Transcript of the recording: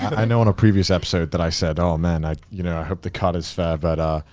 i know in a previous episode that i said, oh man, i you know i hope the cut is fair, but.